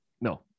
No